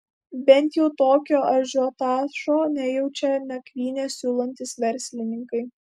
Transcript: bent jau tokio ažiotažo nejaučia nakvynę siūlantys verslininkai